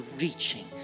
reaching